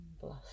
Bless